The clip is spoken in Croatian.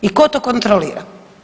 I tko to kontrolira.